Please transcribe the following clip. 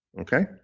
Okay